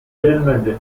verilmedi